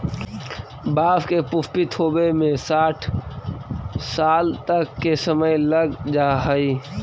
बाँस के पुष्पित होवे में साठ साल तक के समय लग जा हइ